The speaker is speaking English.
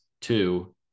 two